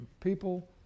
people